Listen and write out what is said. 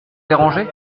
déranger